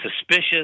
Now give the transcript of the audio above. suspicious